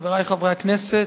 חברי חברי הכנסת,